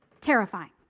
terrifying